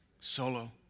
solo